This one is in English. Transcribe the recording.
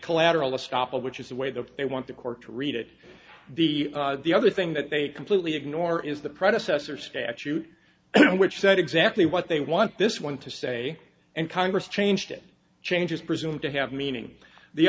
collateral estoppel which is the way that they want the court to read it the the other thing that they completely ignore is the predecessor statute which said exactly what they want this one to say and congress changed it changes presumed to have meaning the